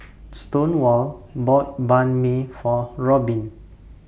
Stonewall bought Banh MI For Robbin